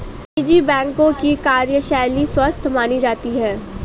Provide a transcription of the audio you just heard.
निजी बैंकों की कार्यशैली स्वस्थ मानी जाती है